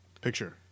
Picture